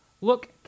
Look